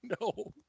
no